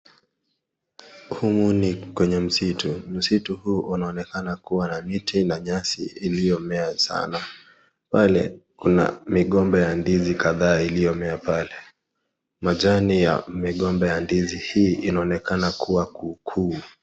Humu ni kwenye msitu. Msitu huu, unaonekana kuwa na miti na nyasi iliyomea sana. Mbele, kuna migomba ya ndizi kadhaa iliyomea pale. Majani ya migomba ya ndizi hii inaonekana kuwa kuu kuu.